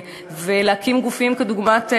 להקים גופים כדוגמת,